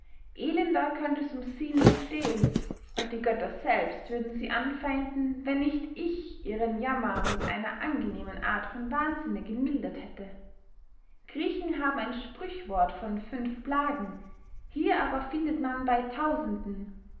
elender könnt es um sie nicht stehen und die götter selbst würden sie anfeinden wenn nicht ich ihren jammer mit einer angenehmen art von wahnsinne gemildert hätte griechen haben ein sprüchwort von fünf plagen hier aber findet man bey tausenden